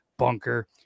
Bunker